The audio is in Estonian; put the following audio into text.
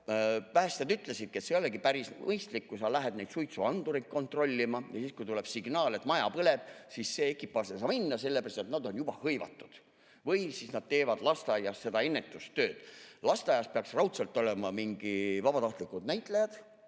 päästjad ütlesid, et ei ole päris mõistlik, kui sa lähed suitsuandureid kontrollima, aga kui tuleb signaal, et maja põleb, siis see ekipaaž ei saa minna, sellepärast et nad on juba hõivatud seal või nad teevad lasteaias ennetustööd. Lasteaias peaksid raudselt käima mingid vabatahtlikud näitlejad,